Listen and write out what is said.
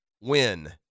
Win